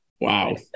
wow